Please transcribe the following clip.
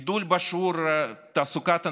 גידול בשיעור תעסוקת הנשים,